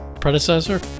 predecessor